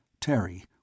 Terry